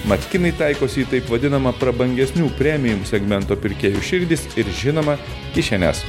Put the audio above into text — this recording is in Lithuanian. mat kinai taikosi į taip vadinamą prabangesnių premijum segmento pirkėjų širdis ir žinoma kišenes